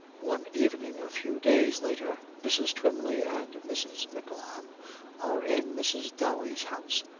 one evening a few days later mrs. twymley and mrs. mickleham are in mrs. dowey's house,